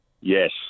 Yes